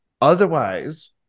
otherwise